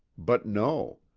but no.